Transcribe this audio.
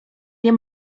nie